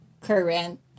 current